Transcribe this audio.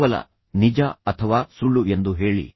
ಕೇವಲ ನಿಜ ಅಥವಾ ಸುಳ್ಳು ಎಂದು ಹೇಳಿ